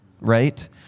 right